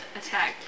attack